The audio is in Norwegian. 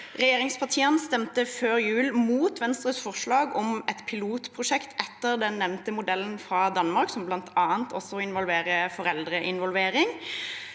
Regjeringspartiene stemte før jul imot Venstres forslag om et pilotprosjekt etter den nevnte modellen fra Danmark, som bl.a. også involverer foreldreinvolvering.